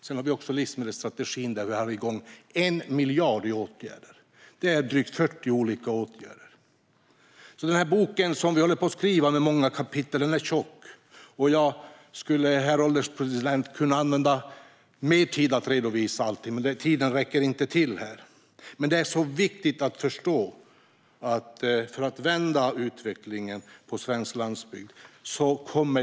Sedan har vi också livsmedelsstrategin, där vi har 1 miljard i åtgärder. Det är drygt 40 olika åtgärder. Den bok med många kapitel som vi håller på att skriva är alltså tjock, herr ålderspresident. Jag skulle kunna lägga mer tid på att redovisa allt, men tiden räcker inte till. Det är dock mycket viktigt att förstå att det kommer att ta tid att vända utvecklingen på svensk landsbygd.